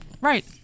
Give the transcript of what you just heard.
right